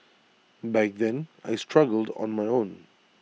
back then I struggled on my own